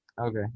Okay